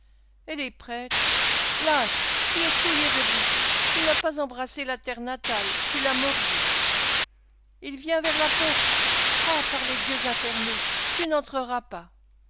et les prêtres lâche tu es souillé de boue tu n'as pas embrassé la terre natale tu l'as mordue il vient vers la porte ah par les dieux infernaux tu n'entreras pas